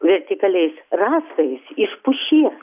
vertikaliais rastais iš pušies